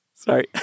Sorry